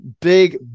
big